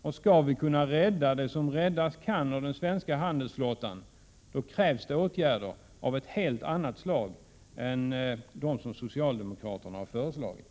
Om vi skall kunna rädda det som räddas kan av den svenska handelsflottan, krävs det åtgärder av ett helt annat slag än dem som socialdemokraterna har föreslagit.